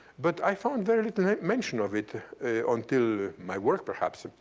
but i found very little mention of it until my work, perhaps.